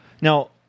Now